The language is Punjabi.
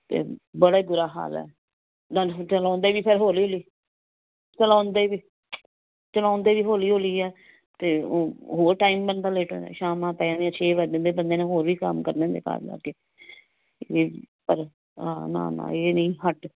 ਅਤੇ ਬੜਾ ਹੀ ਬੁਰਾ ਹਾਲ ਹੈ ਨਾਲੇ ਚਲਾਉਂਦੇ ਵੀ ਫਿਰ ਹੌਲੀ ਹੌਲੀ ਚਲਾਉਂਦੇ ਵੀ ਚਲਾਉਂਦੇ ਵੀ ਹੌਲੀ ਹੌਲੀ ਆ ਅਤੇ ਹੋਰ ਟਾਈਮ ਮੈਨੂੰ ਤਾਂ ਲੇਟ ਹੋ ਸ਼ਾਮ ਪੈ ਜਾਂਦੀਆਂ ਛੇ ਵੱਜ ਜਾਂਦੇ ਬੰਦੇ ਨੇ ਹੋਰ ਵੀ ਕੰਮ ਕਰਨੇ ਹੁੰਦੇ ਘਰ ਜਾ ਕੇ ਇਹ ਪਰ ਹਾ ਨਾ ਨਾ ਇਹ ਨਹੀਂ ਹਟ